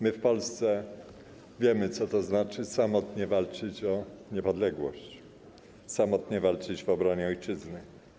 My w Polsce wiemy, co to znaczy samotnie walczyć o niepodległość, samotnie walczyć w obronie ojczyzny.